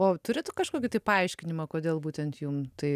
o turit kažkokį tai paaiškinimą kodėl būtent jum tai